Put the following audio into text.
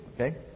okay